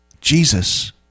Jesus